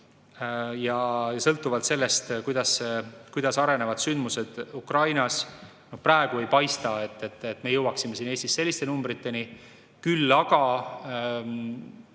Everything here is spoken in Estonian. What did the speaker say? ja sõltuvalt sellest, kuidas arenevad sündmused Ukrainas, praegu ei paista, et me jõuaksime Eestis selliste numbriteni. Küll aga